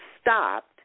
stopped